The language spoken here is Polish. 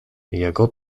jego